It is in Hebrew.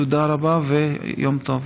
תודה רבה ויום טוב.)